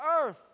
earth